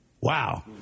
Wow